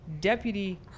Deputy